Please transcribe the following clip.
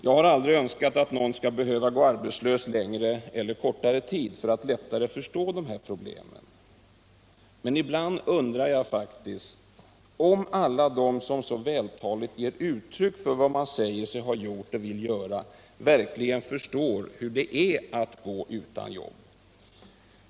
Jag har aldrig önskat att någon skall gå arbetslös någon längre eller kortare tid för att förstå dessa problem, men ibland undrar jag faktiskt om alla de som så vältaligt ger uttryck för vad man säger sig ha gjort och vill göra verkligen förstår hur det är att gå utan jobb.